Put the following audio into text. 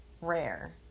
rare